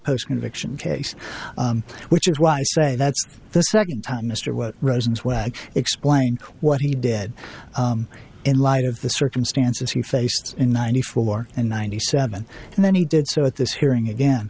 post conviction case which is why i say that's the second time mr what rosenzweig explain what he did in light of the circumstances he faced in ninety four and ninety seven and then he did so at this hearing again